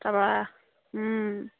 তাৰপৰা